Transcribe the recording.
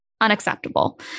unacceptable